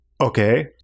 Okay